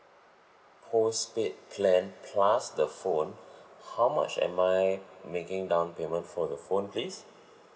postpaid plan plus the phone how much am I making down payment for the phone please